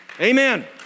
Amen